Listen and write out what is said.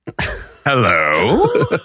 hello